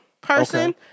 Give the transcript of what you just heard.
person